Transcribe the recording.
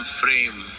frame